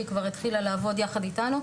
שהיא כבר התחילה לעבוד יחד איתנו.